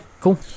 cool